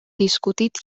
discutit